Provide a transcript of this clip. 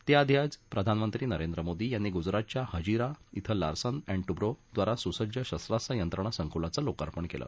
त्याआधी आज प्रधानमंत्री नरेंद्र मोदी यांनी गुजरातच्या हजीरा इथं लार्सन अण्ड ट्रब्रो द्वारा सुसज्ज शस्त्रास्व यंत्रणा संकुलाचं लोकार्पण केलं